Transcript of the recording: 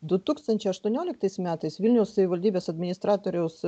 du tūkstančiai aštuonioliktais metais vilniaus savivaldybės administratoriaus